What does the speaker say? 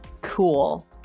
cool